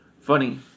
Funny